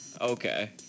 Okay